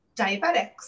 diabetics